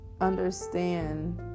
understand